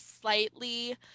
slightly